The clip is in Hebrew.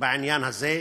בעניין הזה.